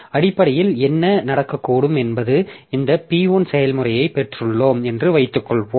அடிப்படையில் என்ன நடக்கக்கூடும் என்பது இந்த P1 செயல்முறையை பெற்றுள்ளோம் என்று வைத்துக்கொள்வோம்